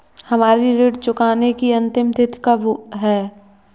हमारी ऋण चुकाने की अंतिम तिथि कब है?